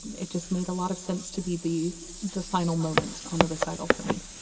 it just made a lot of sense to be the the final moment on the recital for me.